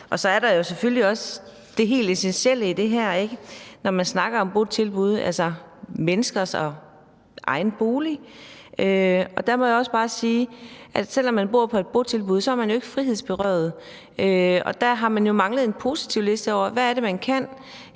Så er der jo selvfølgelig også det helt essentielle i det her, når man snakker om botilbud, nemlig at vi snakker om menneskers egen bolig. Der må jeg også bare sige, at selv om man bor på et botilbud, er man jo ikke frihedsberøvet, og der har vi manglet en positivliste over, hvad det er, man kan.